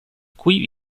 cui